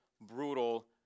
brutal